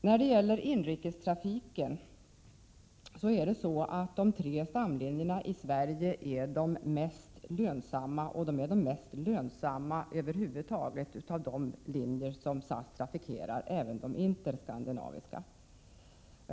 När det gäller inrikestrafiken är de tre stamlinjerna i Sverige de mest lönsamma, och de är mest lönsamma av alla de linjer som SAS trafikerar, även de interskandinaviska.